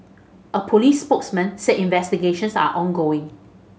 a police spokesman said investigations are ongoing